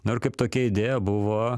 nu ir kaip tokia idėja buvo